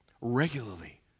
regularly